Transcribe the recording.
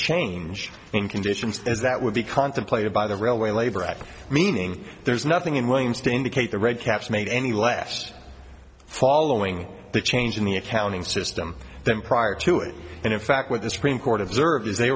change in conditions as that would be contemplated by the railway labor act meaning there's nothing in williams to indicate the red caps made any less following the change in the accounting system than prior to it and in fact with the screen court observers they